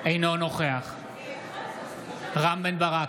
אינו נוכח רם בן ברק,